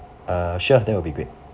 uh sure that will be great